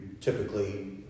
typically